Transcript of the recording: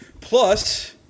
Plus